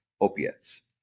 opiates